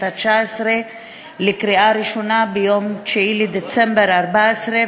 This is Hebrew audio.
התשע-עשרה בקריאה ראשונה ביום 9 בדצמבר 2014,